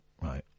right